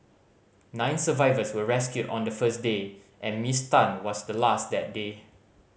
nine survivors were rescued on the first day and Miss Tan was the last that day